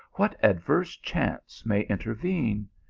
what adverse chances may intervene?